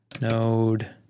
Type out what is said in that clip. node